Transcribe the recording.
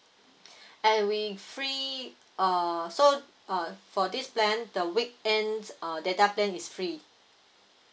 and we free uh so uh for this plan the weekend uh data plan is free